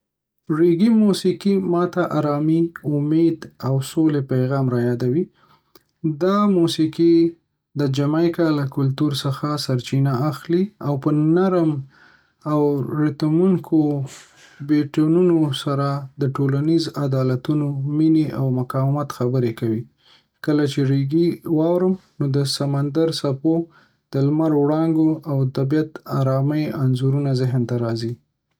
ریګي موسیقي ما ته آرامي، امید، او د سولې پیغام رايادوي. دا موسیقي د جامایکا له کلتور څخه سرچینه اخلي او په نرم او ریتمیکو بیټونو سره د ټولنیزو عدالتونو، مینې، او مقاومت خبرې کوي. کله چې ریګي واورم، نو د سمندر څپو، د لمر وړانګو، او د طبیعت د ارامۍ انځورونه ذهن ته راځي.